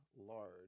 large